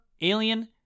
Alien